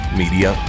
media